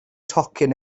tocyn